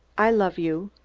i love you.